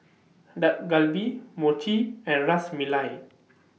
Dak Galbi Mochi and Ras Melai